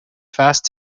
fast